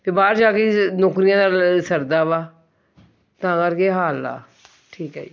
ਫਿਰ ਬਾਹਰ ਜਾ ਕੇ ਨੌਕਰੀਆਂ ਦਾ ਸਰਦਾ ਵਾ ਤਾਂ ਕਰਕੇ ਏ ਹਾਲ ਆ ਠੀਕ ਹੈ